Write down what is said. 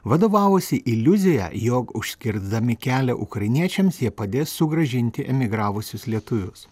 vadovavosi iliuzija jog užkirsdami kelią ukrainiečiams jie padės sugrąžinti emigravusius lietuvius